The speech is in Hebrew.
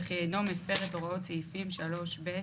וכי אינו מפר את הוראות סעיפים 3(ב),